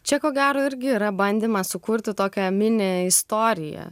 čia ko gero irgi yra bandymas sukurti tokią mini istoriją